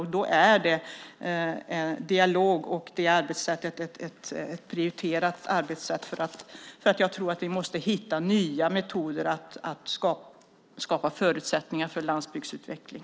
Då är dialog och det arbetssättet prioriterat. Jag tror att vi måste hitta nya metoder för att skapa förutsättningar för landsbygdsutveckling.